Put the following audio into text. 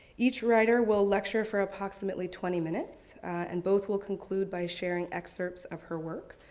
each writer will lecture for approximately twenty minutes and both will conclude by sharing excerpts of her work.